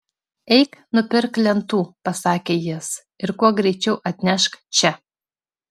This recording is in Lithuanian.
eik nupirk lentų pasakė jis ir kuo greičiau atnešk čia